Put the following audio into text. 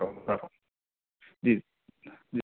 جی جی